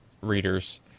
readers